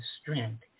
strength